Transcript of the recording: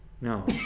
No